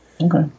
okay